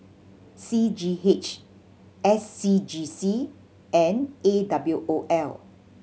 C G H S C G C and A W O L